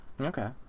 Okay